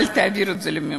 אבל תעביר את זה לממשלה,